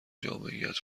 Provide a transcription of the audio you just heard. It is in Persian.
جامعیت